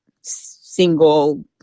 single